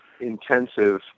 intensive